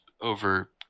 over